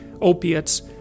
opiates